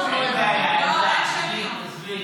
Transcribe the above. מה זאת אומרת אין שמית?